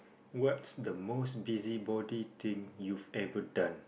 what's the most busy body thing you've ever done